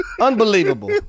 Unbelievable